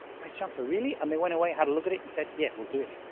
vice-chancellor, really? and they went away, had a look at it, and said, yeah, we'll do it.